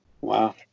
Wow